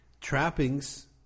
trappings